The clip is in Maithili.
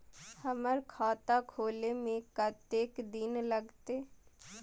हमर खाता खोले में कतेक दिन लगते?